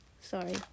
Sorry